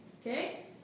okay